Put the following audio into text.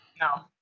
no